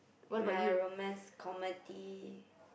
ya romance comedy